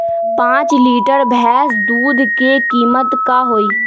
पाँच लीटर भेस दूध के कीमत का होई?